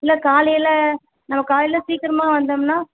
இல்லை காலையில் நம்ம காலையில் சீக்கிரமாக வந்தோம்னா